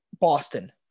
Boston